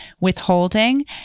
withholding